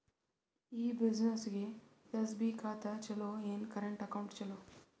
ಈ ಬ್ಯುಸಿನೆಸ್ಗೆ ಎಸ್.ಬಿ ಖಾತ ಚಲೋ ಏನು, ಕರೆಂಟ್ ಅಕೌಂಟ್ ಚಲೋ?